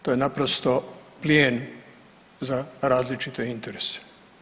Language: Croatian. To je naprosto plijen za različite interese.